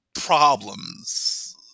problems